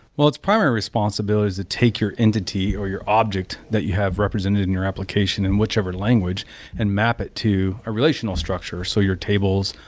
well, its primary responsibility is to take your entity or your object that you have represented in your application in whichever language and map it to a relational structure, so your tables,